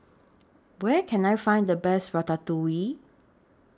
Where Can I Find The Best Ratatouille